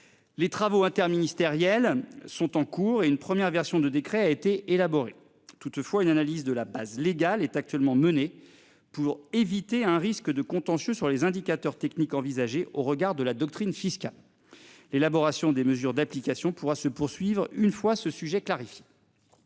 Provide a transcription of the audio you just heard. Les travaux interministériels sont en cours et une première version du décret a été élaboré toutefois une analyse de la base légale est actuellement menée pour éviter un risque de contentieux sur les indicateurs techniques envisagées au regard de la doctrine fiscale. L'élaboration des mesures d'application pourra se poursuivre. Une fois ce sujet. Merci